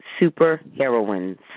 Superheroines